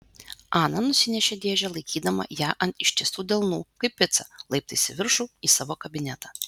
ana nusinešė dėžę laikydama ją ant ištiestų delnų kaip picą laiptais į viršų į savo kabinetą